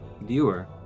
viewer